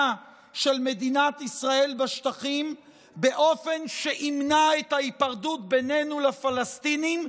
של מדינת ישראל בשטחים באופן שימנע את ההיפרדות בינינו לבין הפלסטינים,